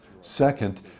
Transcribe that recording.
Second